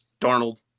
Darnold